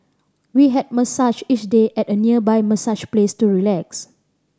we had massages each day at a nearby massage place to relax